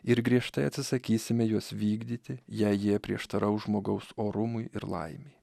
ir griežtai atsisakysime juos vykdyti jei jie prieštaraus žmogaus orumui ir laimei